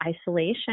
isolation